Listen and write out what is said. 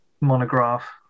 monograph